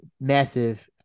massive